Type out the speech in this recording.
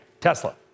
Tesla